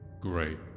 Great